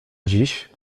dziś